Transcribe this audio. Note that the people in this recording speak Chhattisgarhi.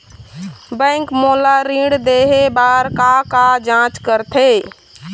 बैंक मोला ऋण देहे बार का का जांच करथे?